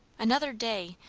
another day!